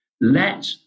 let